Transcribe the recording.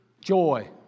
joy